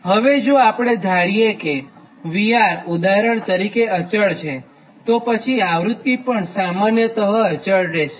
હવે જો આપણે ધારીએ કે VR ઉદાહરણ તરીકે અચળ છે તો પછી આવ્રૃત્તિ પણ સામન્યત અચળ રહેશે